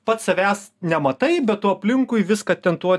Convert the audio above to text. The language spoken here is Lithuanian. pats savęs nematai be tu aplinkui viską ten tuo